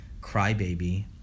crybaby